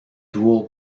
dúo